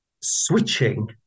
switching